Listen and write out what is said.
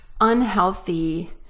unhealthy